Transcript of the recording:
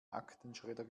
aktenschredder